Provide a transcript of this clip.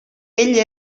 ell